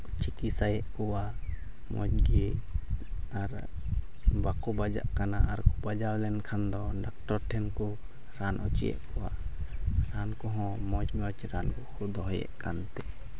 ᱪᱤᱠᱤᱛᱥᱟᱭᱮᱫ ᱠᱚᱣᱟ ᱢᱚᱡᱽ ᱜᱮ ᱟᱨ ᱵᱟᱠᱚ ᱵᱟᱡᱟᱜ ᱠᱟᱱᱟ ᱟᱨ ᱵᱟᱡᱟᱣ ᱞᱮᱱᱠᱷᱟᱱ ᱫᱚ ᱰᱟᱠᱛᱚᱨ ᱴᱷᱮᱱ ᱠᱚ ᱨᱟᱱ ᱦᱚᱪᱚᱭᱮᱫ ᱠᱚᱣᱟ ᱟᱨ ᱩᱱᱠᱩ ᱦᱚᱸ ᱢᱚᱡᱽ ᱢᱚᱡᱽ ᱨᱟᱱ ᱠᱚᱠᱚ ᱫᱚᱦᱚᱭᱮᱫ ᱠᱟᱱᱛᱮ